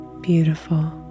beautiful